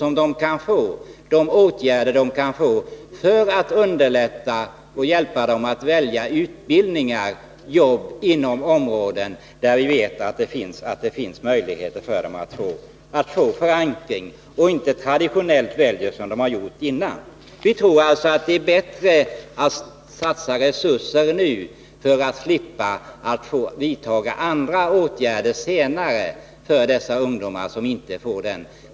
Åtgärder behöver vidtas för att hjälpa och underlätta för flickorna att välja utbildningar och jobb inom områden där vi vet att det finns möjligheter för dem att få förankring, så att de inte väljer traditionellt. Vi tror alltså att det är bättre att satsa resurser nu, så att ungdomarna får den information och den förankring som de behöver ha på arbetsmarknaden.